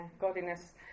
godliness